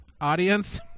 audience